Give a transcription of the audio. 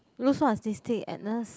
look what's this thing Agnes